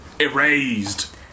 Erased